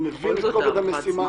אני מבין את כובד המשימה.